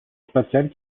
spatial